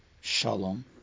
Shalom